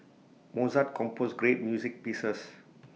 Mozart composed great music pieces